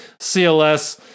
CLS